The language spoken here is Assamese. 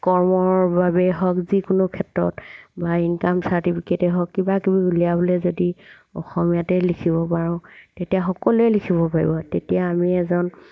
কৰ্মৰ বাবে হওক যিকোনো ক্ষেত্ৰত বা ইনকাম চাৰ্টিফিকেটেই হওক কিবা কিবি উলিয়াবলৈ যদি অসমীয়াতে লিখিব পাৰোঁ তেতিয়া সকলোৱে লিখিব পাৰিব তেতিয়া আমি এজন